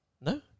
No